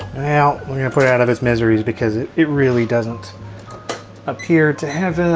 now we're gonna put it out of its miseries because it it really doesn't appear to have